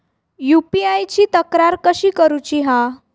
UPI ची तक्रार कशी करुची हा?